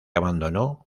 abandonó